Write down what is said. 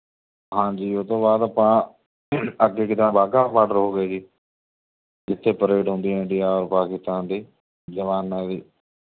ਹਾਂਜੀ ਉਹਤੋਂ ਬਾਅਦ ਆਪਾਂ ਅੱਗੇ ਇੱਕ ਤਾਂ ਬਾਗਹਾ ਬਾਡਰ ਹੋ ਗਿਆ ਜੀ ਜਿੱਥੇ ਪਰੇਡ ਹੁੰਦੀ ਹੈ ਇੰਡੀਆ ਔਰ ਪਾਕਿਸਤਾਨ ਦੇ ਜਵਾਨਾਂ ਦੀ